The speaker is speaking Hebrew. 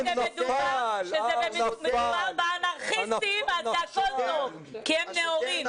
כשמדובר באנרכיסטים אז זה הכול טוב כי הם נאורים.